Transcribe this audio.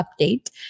update